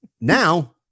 Now